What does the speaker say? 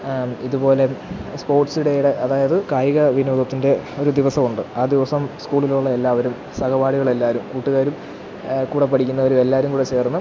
ഇതുപോലെ സ്പോർട്സ് ഡേയുടെ അതായത് കായിക വിനോദത്തിൻ്റെ ഒരു ദിവസമുണ്ട് ആ ദിവസം സ്കൂളിലുള്ള എല്ലാവരും സഹപാഠികളെല്ലാവരും കൂട്ടുകാരും കൂടെ പഠിക്കുന്നവരും എല്ലാവരും കൂടെ ചേർന്ന്